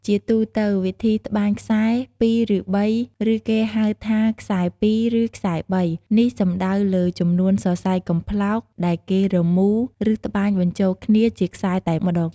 ជាទូទៅវិធីត្បាញខ្សែរ ២ ឬ ៣ ឬគេហៅថា ខ្សែ២ ឬ ខ្សែ៣ នេះសំដៅលើចំនួនសរសៃកំប្លោកដែលគេរមូរ ឬត្បាញបញ្ចូលគ្នាជាខ្សែតែម្ដង។